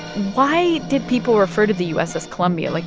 why did people refer to the u s. as columbia? like,